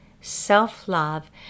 self-love